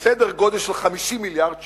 בסדר-גודל של 50 מיליארד שקל,